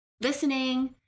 listening